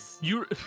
You-